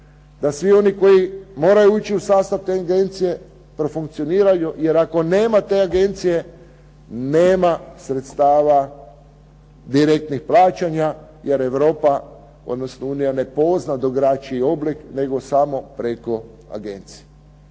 da svi oni koji moraju ući u sastav te intencije profunkcioniraju, jer ako nema te agencije nema sredstava direktnih plaćanja, jer Europska unija ne pozna drugačiji oblik nego samo preko agencije.